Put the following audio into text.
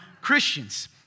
Christians